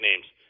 names